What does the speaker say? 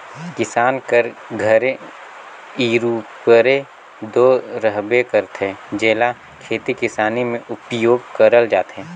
किसान कर घरे इरूपरे दो रहबे करथे, जेला खेती किसानी मे उपियोग करल जाथे